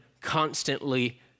constantly